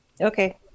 Okay